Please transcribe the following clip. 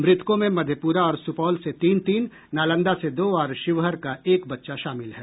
मृतकों में मधेपुरा और सुपौल से तीन तीन नालंदा से दो और शिवहर का एक बच्चा शामिल है